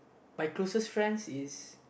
my closest friends is